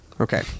Okay